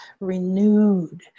renewed